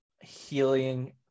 healing